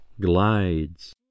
glides